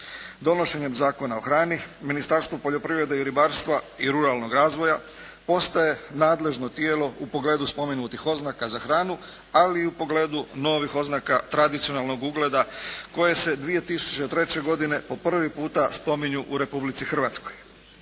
Donošenjem Zakona o hrani Ministarstvo poljoprivrede i ribarstva i ruralnog razvoja postaje nadležno tijelo u pogledu spomenutih oznaka za hranu ali i u pogledu novih oznaka tradicionalnog ugleda koje se 2003. godine po prvi puta spominju u Republici Hrvatskoj.